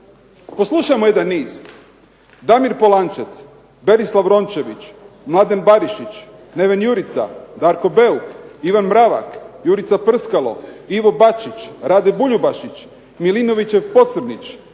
Poslušajmo jedan niz: